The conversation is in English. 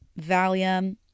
Valium